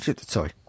Sorry